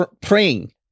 praying